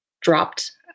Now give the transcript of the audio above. dropped